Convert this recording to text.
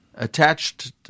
Attached